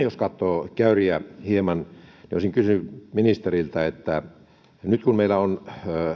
jos katsoo käyriä hieman olisinkin kysynyt ministeriltä nyt kun meillä on